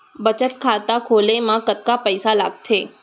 बचत खाता खोले मा कतका पइसा लागथे?